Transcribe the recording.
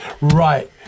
Right